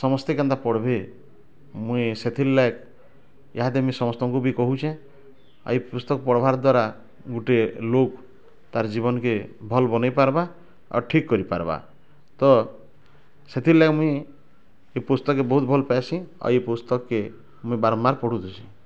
ସମସ୍ତେ କେନ୍ତା ପଢ଼ବେ ମୁଇଁ ସେଥିର୍ ଲାଗ୍ ଏହା ଦେମି ସମସ୍ତଙ୍କୁ ବି କହୁଚେ ଏଇ ପୁସ୍ତକ ପଢ଼ବାର୍ ଦ୍ୱାରା ଗୋଟିଏ ଲୋକ ତା'ର ଜୀବନ କେ ଭଲ ବନେଇ ପାର୍ବା ଓ ଠିକ୍ କରିପାର୍ବା ତ ସେଥିର୍ ଲାଗି ମୁଇଁ ଏ ପୁସ୍ତକ କେ ବହୁତ ଭଲ ପାଏସି ଆଉ ଏ ପୁସ୍ତକ କେ ମୁଇଁ ବାରମ୍ୱାର ପାଢୁଥିସି